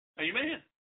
Amen